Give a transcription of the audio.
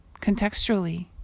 Contextually